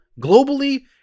globally